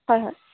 হয় হয়